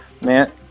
Man